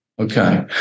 Okay